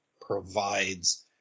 provides